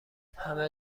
همه